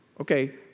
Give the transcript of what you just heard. Okay